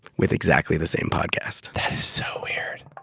with exactly the same podcast that is so weird